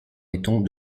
étang